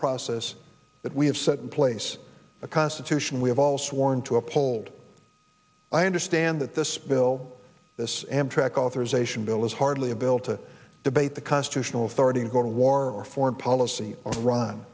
process that we have set in place a constitution we have all sworn to uphold i understand that this bill this amtrak authorization bill is hardly a bill to debate the constitutional authority to go to war or foreign policy or run